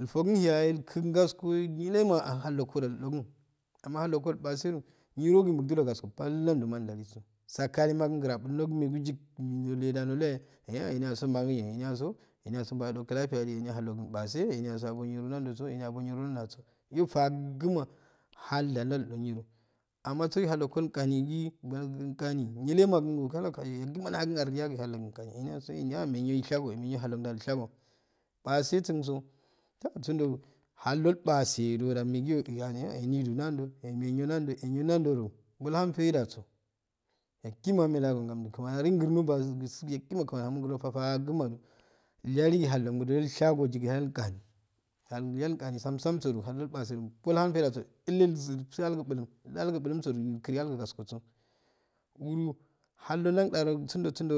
Llfo kun niyahye ilkigu gaskoye nillenme ahallonkodo illdoku amma hallongo ilpasedo niro hanguda gasi palma nando ndali so sakallema mgor manna buluno meguyo yuk ngikeda nolle yat ehhihe enyago mangonyyo eniyasi luga ado ki lafiya dige eniyaso hallogun ilpase eniyaso abo niro naldo so ehiyabo hallogun ilpase eniyaso abo niro naldo so enyabo niro naldo so yu fakuma halda ndal do niro amma soki hallongo gani gi magu ngani nikama gun ihuugani yaguka nda hakun ardiya gi hallogun gaiw enoyaso eni anmbbin eh ilghago emi nhallogun ilghago paesungo ta sunddo holddo ilpase soda meguyo yani enigo naldo megi eni naldo piilhan faidaso yagwna arehelaga ngamddu kmani ahaon ungurnno bass gus gusu yaguma kmani ahaon ngurnuo faguma faguma do ilyagogi hali gurko ilshago do hall ganidu hall yal gani tsam tsam sodo halldo ilpase llbahun faidaso ille itisu iltu algu buluki go du ilku kasko so du budu haldo llandodusuudu sudo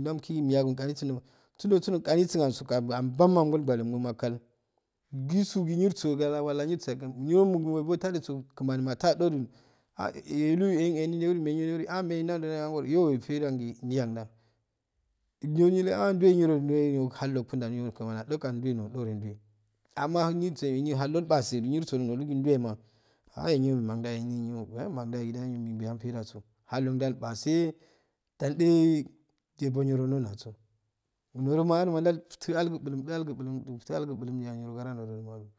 ndum kil yagi gani sun go suuddo sunddo gahinsu so ilbamm anghal gwanen maka djisu gu niosso ngala niosso gu niro ggra walla niro gubo tadu so kman matada do du ahl elu ehu ehni elu naido angoro aahh menaangoro yo ilfedah gi ndalhunddan ndo nile ahndo niro nduwe niro halloguda kmani addo kani ndure nodo nindiyo aluma nyissi gi halldo ilpase gi nurso nolu gi nduwema ah enyo manganyyo ahh wenangayro gu boihah faidda so hallogan ilpase ildu ebo niro nohuna faida so niroma niro ndaltu algu bulum tu algu bukm du algu bulumani nyiro ngara nirodo.